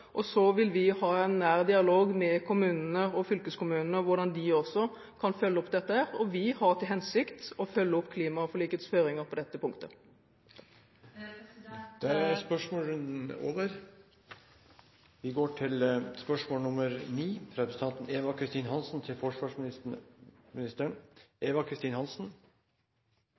Så vil vi ha en nær dialog med kommunene og fylkeskommunene om hvordan også de kan følge opp dette. Vi har til hensikt å følge opp klimaforlikets føringer på dette punktet. Jeg tillater meg å stille følgende spørsmål til